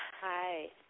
hi